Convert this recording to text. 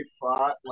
fought